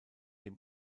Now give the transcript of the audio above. dem